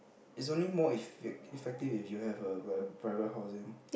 is only more effect~ effective if you have a a private housing